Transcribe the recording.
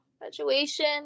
graduation